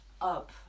up